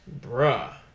bruh